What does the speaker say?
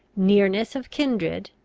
nearness of kindred,